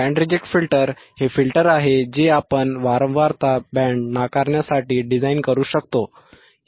band reject filter हे filter आहे जे आपण वारंवारता बँड नाकारण्यासाठी डिझाइन करू शकतो